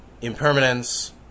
impermanence